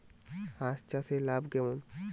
হাঁস চাষে লাভ কেমন?